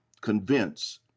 convince